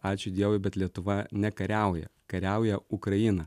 ačiū dievui bet lietuva nekariauja kariauja ukraina